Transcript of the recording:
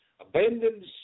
abandoned